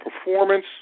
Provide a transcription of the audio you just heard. performance